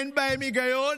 אין בהם היגיון,